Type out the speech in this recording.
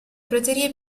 praterie